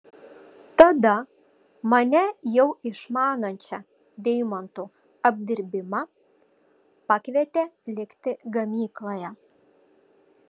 tada mane jau išmanančią deimantų apdirbimą pakvietė likti gamykloje